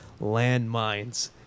landmines